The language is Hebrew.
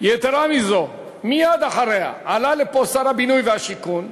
יתרה מזו, מייד אחריה עלה לפה שר הבינוי והשיכון,